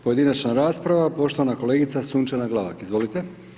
Pojedinačna rasprava, poštovana kolegica Sunčana Glavak, izvolite.